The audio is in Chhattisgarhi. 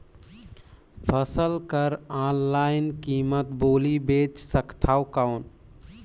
फसल कर ऑनलाइन कीमत बोली बेच सकथव कौन?